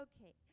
Okay